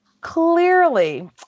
clearly